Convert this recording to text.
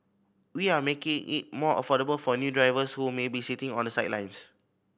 we are making it more affordable for new drivers who may be sitting on the sidelines